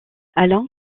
alain